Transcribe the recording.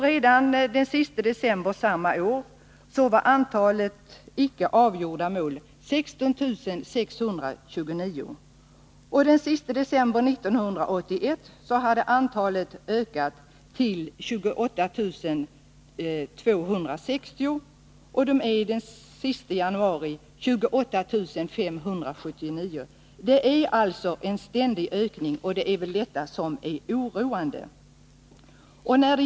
Redan den sista december samma år var antalet icke avgjorda mål 16 629, och den sista december 1981 hade antalet ökat till 28 260. Och den sista januari i år är antalet 28579. Det är en ständig ökning, och det är detta som är oroande.